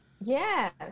Yes